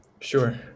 Sure